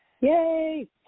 Yay